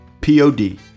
P-O-D